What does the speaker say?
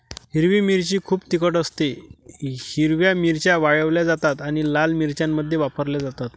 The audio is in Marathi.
हिरवी मिरची खूप तिखट असतेः हिरव्या मिरच्या वाळवल्या जातात आणि लाल मिरच्यांमध्ये वापरल्या जातात